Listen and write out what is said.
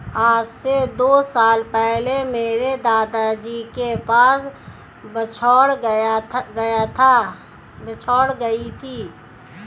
आज से दो साल पहले मेरे दादाजी के पास बछौर गाय थी